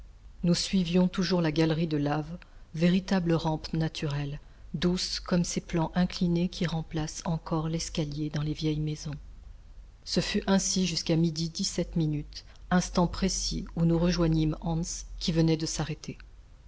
nous suivions toujours la galerie de lave véritable rampe naturelle douce comme ces plans inclinés qui remplacent encore l'escalier dans les vieilles maisons ce fut ainsi jusqu'à midi dix-sept minutes instant précis où nous rejoignîmes hans qui venait de s'arrêter